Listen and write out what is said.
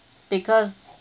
because uh